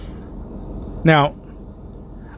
Now